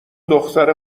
دختره